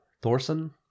Thorson